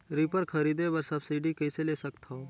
Reaper खरीदे बर subsidy कइसे ले सकथव?